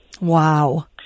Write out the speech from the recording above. Wow